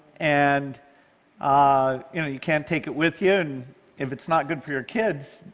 and ah you know you can't take it with you, and if it's not good for your kids,